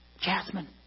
Jasmine